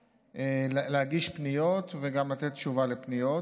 טובות, להגיש פניות וגם לתת תשובה על פניות.